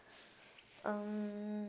um